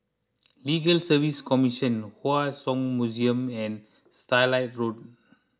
Legal Service Commission Hua Song Museum and Starlight Road